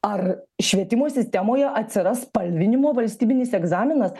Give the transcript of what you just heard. ar švietimo sistemoje atsiras spalvinimo valstybinis egzaminas